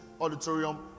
auditorium